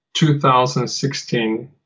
2016